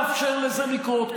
איך אתה מאפשר לזה לקרות?